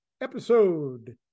episode